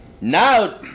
Now